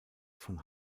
von